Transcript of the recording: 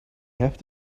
have